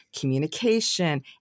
communication